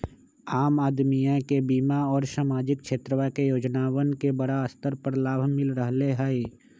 आम अदमीया के बीमा और सामाजिक क्षेत्रवा के योजनावन के बड़ा स्तर पर लाभ मिल रहले है